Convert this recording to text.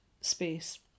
space